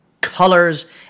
colors